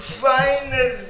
final